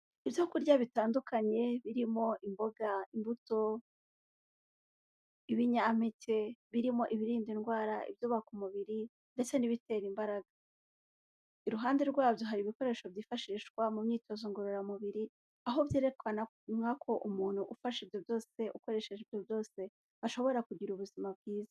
Ibyo bitandukanye birimo imboga, imbuto, ibinyampeke birimo ibirinda indwara, ibyubaka umubiri ndetse n'ibitera imbaraga, iruhande rwabyo hari ibikoresho byifashishwa mu myitozo ngororamubiri aho byerekanwa ko umuntu ufasha ibyo byose ukoresheje ibyo byose ashobora kugira ubuzima bwiza.